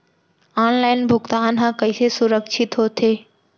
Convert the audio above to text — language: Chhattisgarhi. ऑनलाइन भुगतान हा कइसे सुरक्षित होथे?